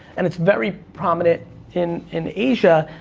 and it's very prominent in in asia,